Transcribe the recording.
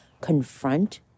Confront